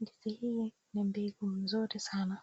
ndizi hii ni ndizi mzuri sana.